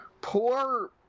poor